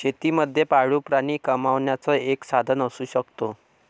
शेती मध्ये पाळीव प्राणी कमावण्याचं एक साधन असू शकतो